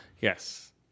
Yes